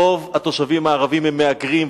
רוב התושבים הערבים הם מהגרים,